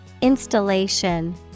Installation